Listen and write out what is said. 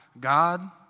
God